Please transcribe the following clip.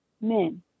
men